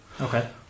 Okay